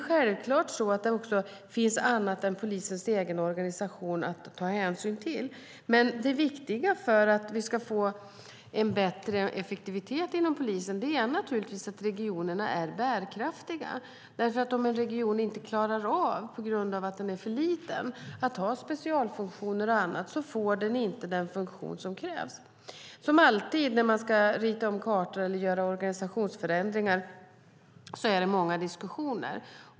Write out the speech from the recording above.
Självklart finns det också annat än polisens egen organisation att ta hänsyn till, men det viktiga för att vi ska få bättre effektivitet inom polisen är att regionerna är bärkraftiga. Om en region på grund av att den är för liten inte klarar av att ha specialfunktioner och annat får den inte den funktion som krävs. Som alltid när man ska rita om kartor eller göra organisationsförändringar blir det många diskussioner.